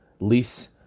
lease